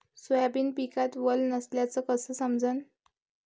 Soybean पिकात वल नसल्याचं कस समजन?